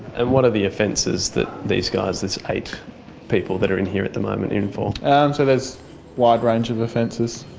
and what are the offences that these guys, these eight people that are in here at the moment, in for? and so there's a wide range of offences.